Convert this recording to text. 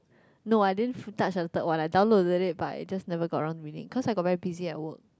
no I didn't touch hunted one I download already but I just never got around to read it cause I very busy at work